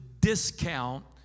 discount